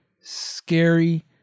scary